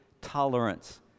tolerance